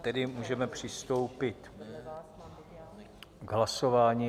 Tedy můžeme přistoupit k hlasování.